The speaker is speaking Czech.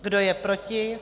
Kdo je proti?